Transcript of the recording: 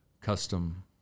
custom